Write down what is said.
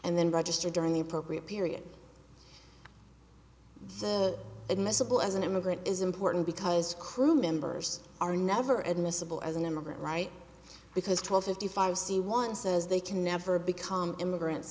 and then register during the appropriate period admissible as an immigrant is important because crew members are never admissible as an immigrant right because twelve fifty five c one says they can never become immigrant